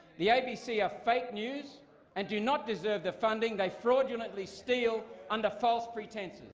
the abc are fake news and do not deserve the funding they fraudulently steal under false pretences.